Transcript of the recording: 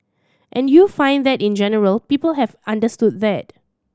and you find that in general people have understood that